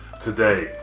today